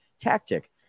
tactic